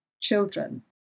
children